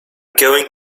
going